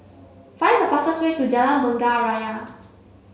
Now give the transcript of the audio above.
find the fastest way to Jalan Bunga Raya